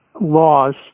laws